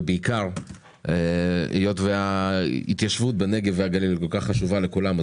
ובעיקר היות וההתיישבות בנגב והגליל כל כך חשובה לכולם,